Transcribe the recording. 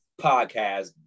podcast